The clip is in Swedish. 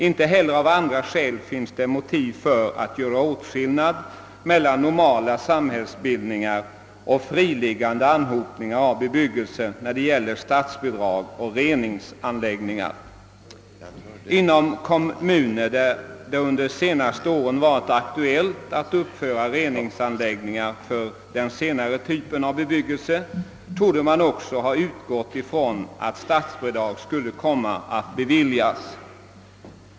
Inte heller av andra skäl finns det motiv för att göra åtskillnad mellan »normala samhällsbildningar» och friliggande anhopningar av bebyggelse när det gäller statsbidrag till reningsanläggningar. Inom kommuner där det under de senaste åren varit aktuellt att uppföra reningsanläggningar för den senare typen av bebyggelse torde man också ha utgått från att statsbidrag skulle komma att beviljas.